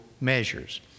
measures